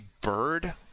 bird